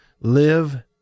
live